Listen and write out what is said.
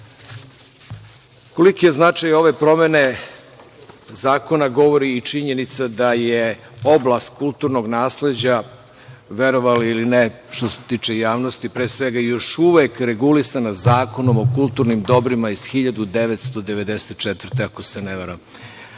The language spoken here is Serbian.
je značaj ove promene zakona govori i činjenica da je oblast kulturnog nasleđa, verovali ili ne, što se tiče javnosti pre svega, još uvek regulisanaZakonom o kulturnim dobrima iz 1994. godine, ako se ne varam.